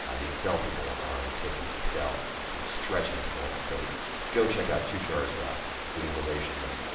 ah the excel people are taking excel and stretching it to the limit. so go check out tushar's ah visualization there,